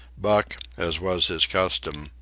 buck, as was his custom,